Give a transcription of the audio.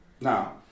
Now